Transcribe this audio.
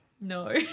No